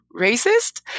racist